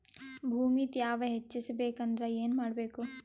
ಭೂಮಿ ತ್ಯಾವ ಹೆಚ್ಚೆಸಬೇಕಂದ್ರ ಏನು ಮಾಡ್ಬೇಕು?